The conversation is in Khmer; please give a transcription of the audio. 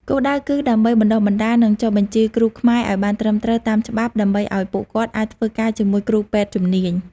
គោលដៅគឺដើម្បីបណ្តុះបណ្តាល និងចុះបញ្ជីគ្រូខ្មែរឱ្យបានត្រឹមត្រូវតាមច្បាប់ ដើម្បីឱ្យពួកគាត់អាចធ្វើការជាមួយគ្រូពេទ្យជំនាញ។